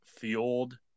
fueled